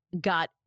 got